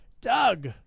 Doug